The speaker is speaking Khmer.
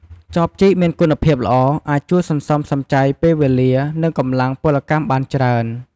ចបជីកមានគុណភាពល្អ អាចជួយសន្សំសំចៃពេលវេលា និងកម្លាំងពលកម្មបានច្រើន។